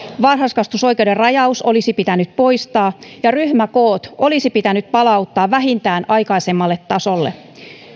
varhaiskasvatusoikeuden rajaus olisi pitänyt poistaa ja ryhmäkoot olisi pitänyt palauttaa vähintään aikaisemmalle tasolle